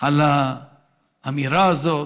על האמירה הזאת.